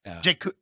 Jake